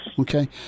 Okay